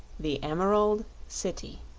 the emerald city